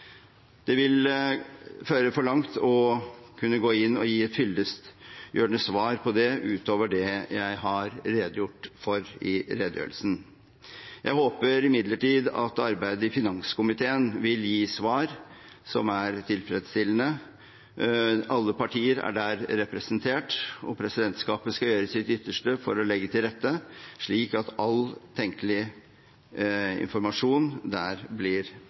Det vil føre for langt å kunne gå inn og gi fyllestgjørende svar på det utover det jeg har redegjort for i redegjørelsen. Jeg håper imidlertid at arbeidet i finanskomiteen vil gi svar som er tilfredsstillende. Alle partier er der representert, og presidentskapet skal gjøre sitt ytterste for å legge til rette, slik at all tenkelig informasjon der